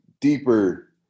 deeper